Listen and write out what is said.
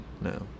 No